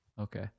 Okay